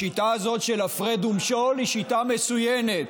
השיטה הזאת של הפרד ומשול היא שיטה מצוינת.